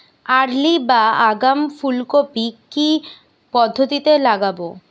Early বা আগাম ফুল কপি কি পদ্ধতিতে লাগাবো?